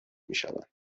میشوند